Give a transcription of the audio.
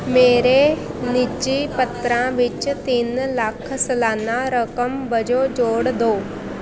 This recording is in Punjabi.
ਮੇਰੇ ਨਿੱਜੀ ਪੱਤਰਾ ਵਿੱਚ ਤਿੰਨ ਲੱਖ ਸਲਾਨਾ ਰਕਮ ਵਜੋਂ ਜੋੜ ਦਿਓ